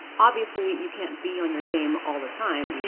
obviously, you can't be on your game all the time